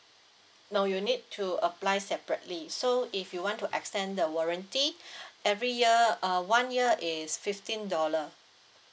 no you need to apply separately so if you want to extend the warranty every year uh one year is fifteen dollar